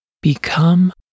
Become